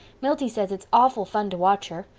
milty says it's awful fun to watch her.